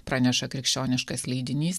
praneša krikščioniškas leidinys